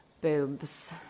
boobs